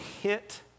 hit